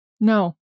No